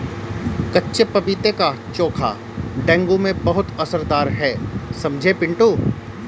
कच्चे पपीते का चोखा डेंगू में बहुत असरदार है समझे पिंटू